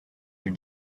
your